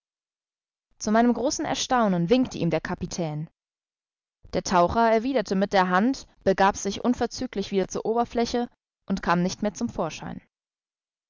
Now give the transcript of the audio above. zu meinem großen erstaunen winkte ihm der kapitän der taucher erwiderte mit der hand begab sich unverzüglich wieder zur oberfläche und kam nicht mehr zum vorschein